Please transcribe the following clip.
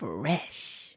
Fresh